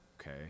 okay